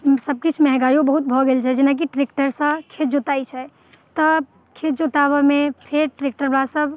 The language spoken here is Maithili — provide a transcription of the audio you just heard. सभ किछु महंगाइयो बहुत भऽ गेल छै जेना कि ट्रैक्टरसँ खेत जोताइत छै तऽ खेत जोताबऽमे फेर ट्रैक्टर बला सभ